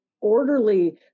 orderly